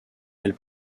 elle